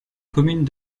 commune